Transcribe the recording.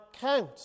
count